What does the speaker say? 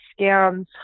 scams